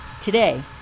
Today